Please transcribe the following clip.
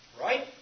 Right